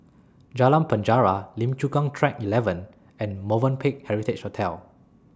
Jalan Penjara Lim Chu Kang Track eleven and Movenpick Heritage Hotel